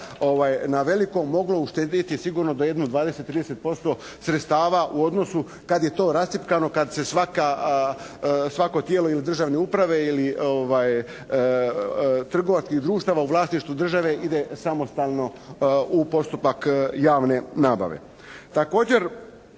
na veliko, moglo uštedjeti sigurno do jedno 20 do 30% sredstava u odnosu kad je to rascjepkano, kad se svako tijelo ili državne uprave ili trgovačkih društava u vlasništvu države ide samostalno u postupak javne nabave.